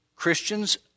Christians